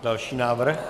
Další návrh.